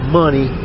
money